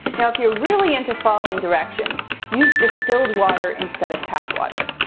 now if you're really into following directions, use distilled water instead of tap water.